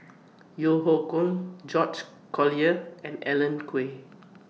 Yeo Hoe Koon George Collyer and Alan Oei